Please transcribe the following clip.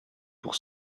pour